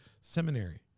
seminary